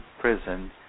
prison